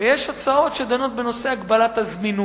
ויש הצעות שדנות בהגבלת הזמינות,